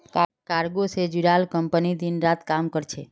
cargo से जुड़ाल company दिन रात काम कर छे